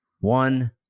one